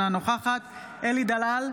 אינה נוכחת אלי דלל,